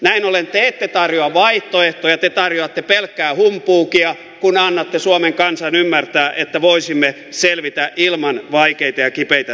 näin ollen te ette tarjoa vaihtoehtoja te tarjoatte pelkkää humpuukia kun annatte suomen kansan ymmärtää että voisimme selvitä ilman vaikeita ja kipeitä säästöjä